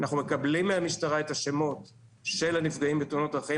אנחנו מקבלים מהמשטרה את השמות של הנפגעים בתאונות הדרכים,